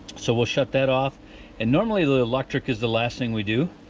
so we'll shut that off and normally the electric is the last thing we do,